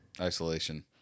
Isolation